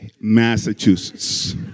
Massachusetts